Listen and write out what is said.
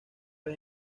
vez